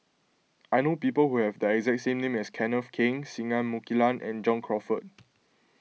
I know people who have the exact same name as Kenneth Keng Singai Mukilan and John Crawfurd